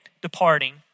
departing